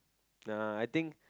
nah I think